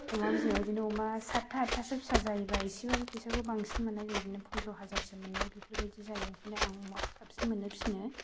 अमा बिमाया बिदिनो अमा सातथा आतथासो फिसा जायोबा एसेबाबो फैसाखौ बांसिन मोननाय जायो बिदिनो पन्द्र' हाजारसो मोननाय बेफोरबायदि जायो बेनिखायनो आं अमाखौ साबसिन मोनो फिसिनो